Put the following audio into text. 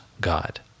God